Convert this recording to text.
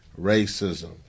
racism